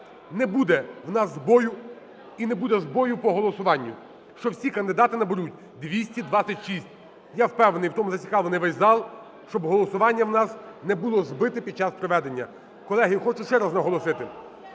не буде в нас збою і не буде збою по голосуванню, що всі кандидати наберуть 226. Я впевнений, в тому зацікавлений весь зал, щоб голосування в нас не було збите під час проведення. Колеги, я хочу ще раз наголосити: